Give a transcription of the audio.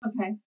Okay